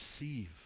receive